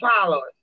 followers